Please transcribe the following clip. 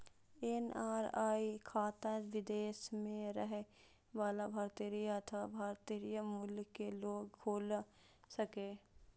NRI खाता विदेश मे रहै बला भारतीय अथवा भारतीय मूल के लोग खोला सकैए